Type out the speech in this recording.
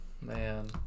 man